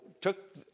took